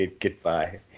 Goodbye